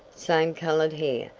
same colored hair,